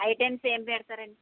items ఏమి పెడతారండి